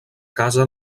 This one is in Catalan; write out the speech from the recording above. casa